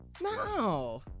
No